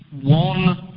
one